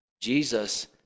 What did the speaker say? Jesus